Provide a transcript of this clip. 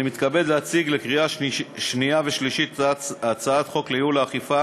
אני מתכבד להציג לקריאה שנייה ושלישית את הצעת החוק לייעול האכיפה